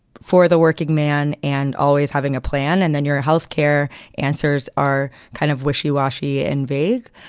for the working man and always having a plan. and then your ah health care answers are kind of wishy washy and vague.